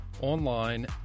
online